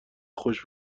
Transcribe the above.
خوش